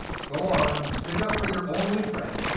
go on. stick up for your only friend.